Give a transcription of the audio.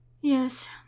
yes